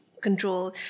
control